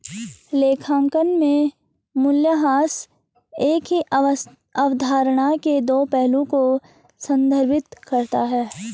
लेखांकन में मूल्यह्रास एक ही अवधारणा के दो पहलुओं को संदर्भित करता है